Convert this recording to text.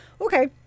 okay